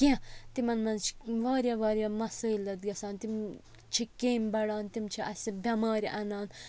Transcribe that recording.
کینٛہہ تِمَن مَنٛز چھِ واریاہ واریاہ مَسٲیِلَت گَژھان تِم چھِ کیٚمۍ بَڑان تِم چھِ اَسہِ بٮ۪مارِ اَنان